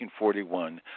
1941